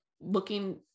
looking